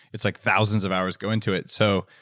it's like thousands of hours go into it. so,